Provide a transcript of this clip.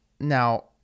Now